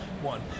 one